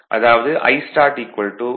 அதாவது Istart 5 Ifl